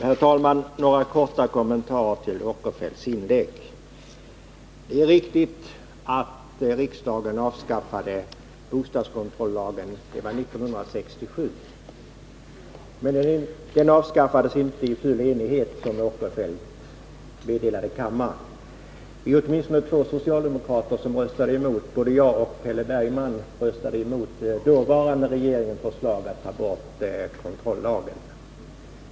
Herr talman! Några korta kommentarer till Sven Eric Åkerfeldts inlägg. Det är riktigt att riksdagen avskaffade bostadskontrollagen redan 1967, men den avskaffades inte i full enighet, som Sven Eric Åkerfeldt meddelade kammaren. Åtminstone två socialdemokrater, nämligen jag och Per Bergman, röstade emot det dåvarande regeringsförslaget att denna kontrollag skulle avskaffas.